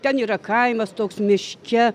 ten yra kaimas toks miške